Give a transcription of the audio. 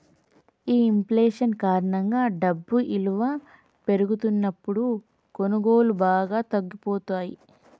ఈ ఇంఫ్లేషన్ కారణంగా డబ్బు ఇలువ పెరుగుతున్నప్పుడు కొనుగోళ్ళు బాగా తగ్గిపోతయ్యి